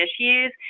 issues